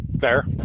fair